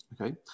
okay